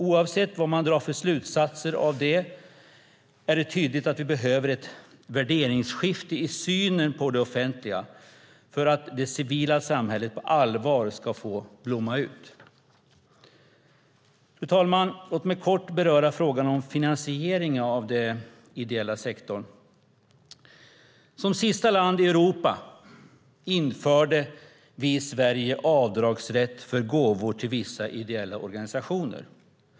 Oavsett vilka slutsatser man drar är det tydligt att vi behöver ett värderingsskifte i synen på det offentliga för att det civila samhället på allvar ska få blomma ut. Fru talman! Låt mig kort beröra frågan om finansieringen av den ideella sektorn. Som sista land i Europa införde vi i Sverige avdragsrätt för gåvor till vissa ideella organisationer.